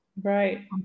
Right